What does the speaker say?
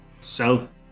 south